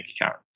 account